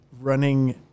running